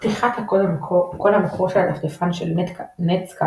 פתיחת קוד המקור של הדפדפן של נטסקייפ